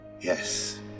Yes